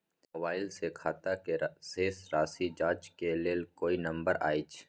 Mobile से खाता के शेस राशि जाँच के लेल कोई नंबर अएछ?